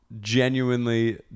genuinely